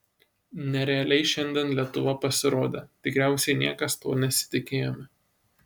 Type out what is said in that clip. nerealiai šiandien lietuva pasirodė tikriausiai niekas to nesitikėjome